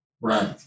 Right